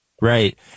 Right